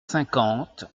cinquante